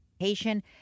education